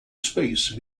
space